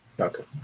Okay